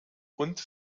und